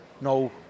No